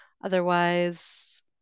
otherwise